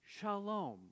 shalom